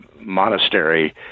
monastery